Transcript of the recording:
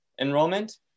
enrollment